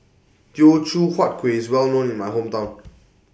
Teochew Huat Kuih IS Well known in My Hometown